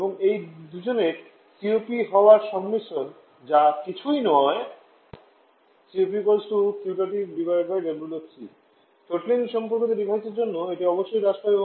এবং এই দুজনের সিওপি হওয়ার সংমিশ্রণ যা কিছুই নয় থ্রোটলিং সম্পর্কিত ডিভাইসের জন্য এটি অবশ্যই হ্রাস পাবে